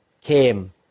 came